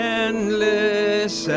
endless